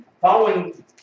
following